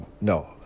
No